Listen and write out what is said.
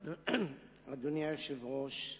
אדוני היושב-ראש,